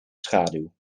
schaduw